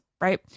right